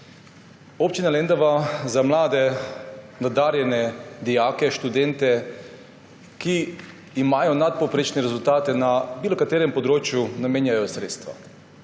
Občina Lendava za mlade nadarjene dijake in študente, ki imajo nadpovprečne rezultate na kateremkoli področju, namenja sredstva.